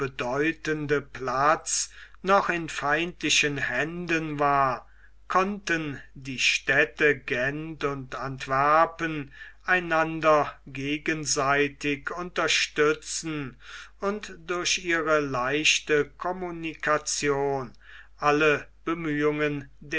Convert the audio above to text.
bedeutende platz noch in feindlichen händen war konnten die städte gent und antwerpen einander gegenseitig unterstützen und durch ihre leichte communication alle bemühungen